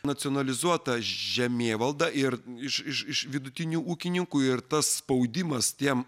nacionalizuota žemėvalda ir iš iš vidutinių ūkininkų ir tas spaudimas tiem